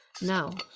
now